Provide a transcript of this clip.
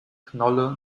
knolle